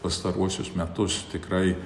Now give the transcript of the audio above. pastaruosius metus tikrai